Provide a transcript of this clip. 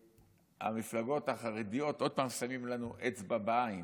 שהמפלגות החרדיות עוד פעם שמים לנו אצבע בעין.